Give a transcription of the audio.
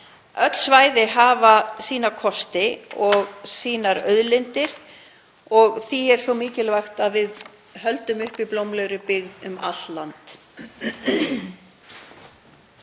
Öll svæði hafa sína kosti og sínar auðlindir og því er mikilvægt að við höldum uppi í blómlegri byggð um allt land.